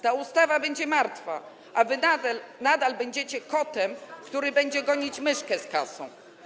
Ta ustawa będzie martwa, a wy nadal będziecie kotem, który będzie gonić myszkę z kasą.